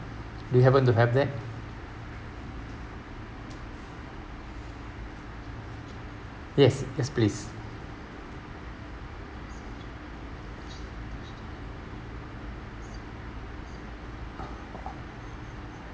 do you happen to have that yes yes please